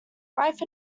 wife